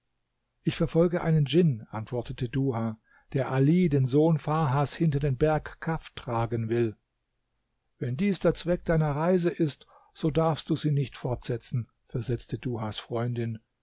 ich verfolge einen djinn antwortete duha der ali den sohn farhas hinter den berg kaf tragen will wenn dies der zweck deiner reise ist so darfst du sie nicht fortsetzen versetzte duhas freundin